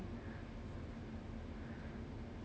is my friend